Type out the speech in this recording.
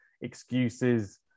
excuses